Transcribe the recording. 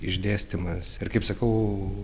išdėstymas ir kaip sakau